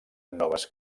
noves